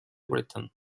written